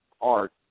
art